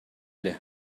эле